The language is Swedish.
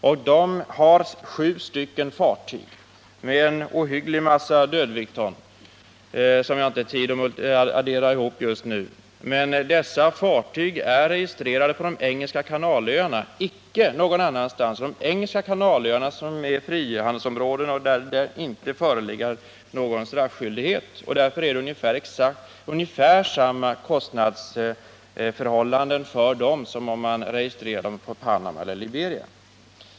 Bolaget har sju fartyg med en ohygglig massa dödviktston, som jag inte har tid att addera ihop just nu. Dessa fartyg är registrerade på de engelska kanalöarna — icke någon annanstans — som är frihandelsområde och där det inte föreligger någon skattskyldighet. Därför är det ungefär samma kostnadsförhållanden för fartygen där som om man registrerade dem i Panama eller Liberia.